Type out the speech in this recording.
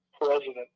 president